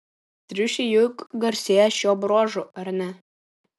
triušiai juk garsėja šiuo bruožu ar ne